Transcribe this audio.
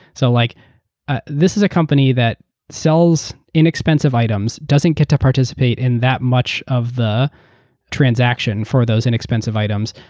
so like ah this is a company that sells inexpensive items, doesnaeurt get to participate in that much of the transaction for those inexpensive items.